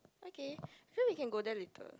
okay then we can go there later